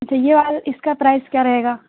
اچھا یہ والا اِس کا پرائز کیا رہے گا